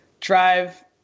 drive